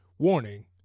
Warning